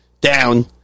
down